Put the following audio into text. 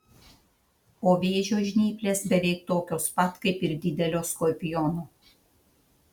o vėžio žnyplės beveik tokios pat kaip ir didelio skorpiono